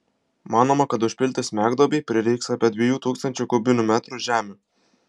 manoma kad užpilti smegduobei prireiks apie dviejų tūkstančių kubinių metrų žemių